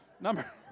Number